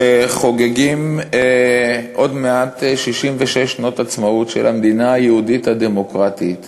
שחוגגים עוד מעט 66 שנות עצמאות של המדינה היהודית הדמוקרטית